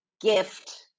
gift